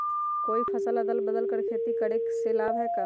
कोई फसल अदल बदल कर के खेती करे से लाभ है का?